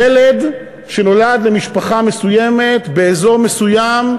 ילד שנולד למשפחה מסוימת באזור מסוים,